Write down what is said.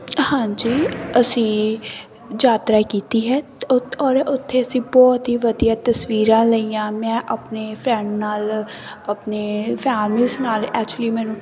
ਹਾਂਜੀ ਅਸੀਂ ਯਾਤਰਾ ਕੀਤੀ ਹੈ ਉ ਔਰ ਉੱਥੇ ਅਸੀਂ ਬਹੁਤ ਹੀ ਵਧੀਆ ਤਸਵੀਰਾਂ ਲਈਆਂ ਮੈਂ ਆਪਣੇ ਫਰੈਂਡ ਨਾਲ ਆਪਣੇ ਫੈਮਲੀਜ਼ ਨਾਲ ਐਕਚੁਲੀ ਮੈਨੂੰ